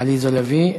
עליזה לביא.